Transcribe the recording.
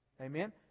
Amen